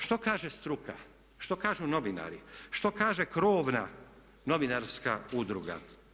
Što kaže struka, što kažu novinari, što kaže krovna novinarska udruga?